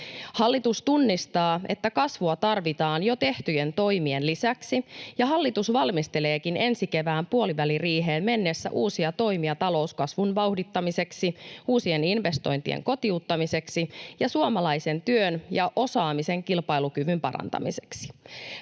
Hallitus tunnistaa, että kasvua tarvitaan jo tehtyjen toimien lisäksi, ja hallitus valmisteleekin ensi kevään puoliväliriiheen mennessä uusia toimia talouskasvun vauhdittamiseksi, uusien investointien kotiuttamiseksi ja suomalaisen työn ja osaamisen kilpailukyvyn parantamiseksi.